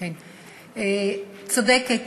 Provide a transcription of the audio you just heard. צודקת.